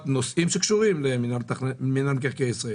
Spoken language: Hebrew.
נושאים שקשורים במינהל מקרקעי ישראל.